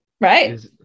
right